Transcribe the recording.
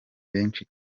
benshi